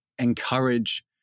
encourage